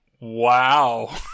Wow